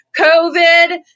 COVID